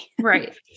Right